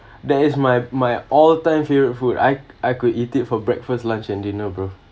that is my my all-time favourite food I I could eat it for breakfast lunch and dinner bro